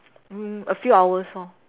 mm a few hours lor